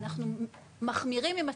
אנחנו מחמירים עם עצמנו,